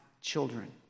children